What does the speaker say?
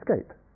escape